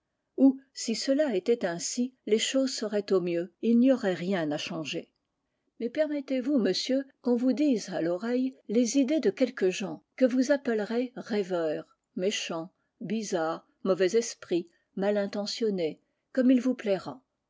ou si cela était ainsi les choses seraient au mieux et il n'y aurait rien à changer mais permettez-vous monsieur qu'on vous dise à l'oreille les idées de quelques gens que vous appellerez rêveurs méchants bizarres mauvais esprits malintentionnés comme il vous plaira